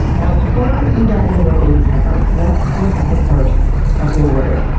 now, before we dive into where babies come from, let's look at the birth of the word.